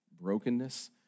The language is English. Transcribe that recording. brokenness